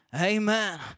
Amen